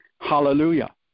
Hallelujah